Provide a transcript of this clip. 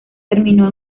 terminó